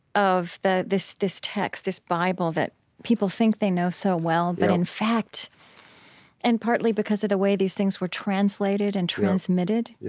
of this this text, this bible that people think they know so well, but in fact and partly because of the way these things were translated and transmitted,